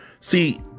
See